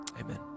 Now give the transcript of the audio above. Amen